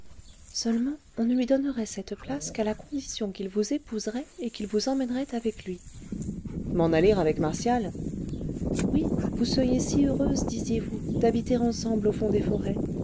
seulement on ne lui donnerait cette place qu'à la condition qu'il vous épouserait et qu'il vous emmènerait avec lui m'en aller avec martial oui vous seriez si heureuse disiez-vous d'habiter ensemble au fond des forêts